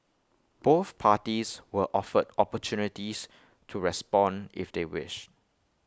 both parties were offered opportunities to respond if they wished